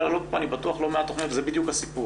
אני בטוח שאפשר להעלות פה לא מעט תכניות וזה בדיוק הסיפור.